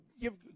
Give